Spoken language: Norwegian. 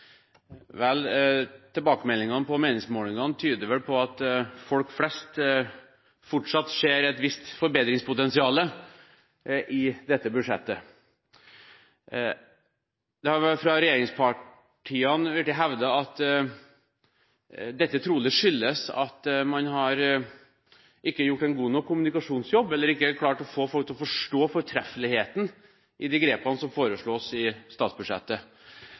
Vel, tilbakemeldingene på meningsmålingene tyder vel på at folk flest fortsatt ser et visst forbedringspotensial i dette budsjettet. Det har fra regjeringspartiene blitt hevdet at dette trolig skyldes at man ikke har gjort en god nok kommunikasjonsjobb eller ikke har klart å få folk til å forstå fortreffeligheten i de grepene som foreslås i statsbudsjettet.